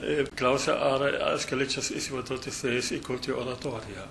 ir klausia ar aš galėčiau vat kartu su jais įkurti oratoriją